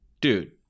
dude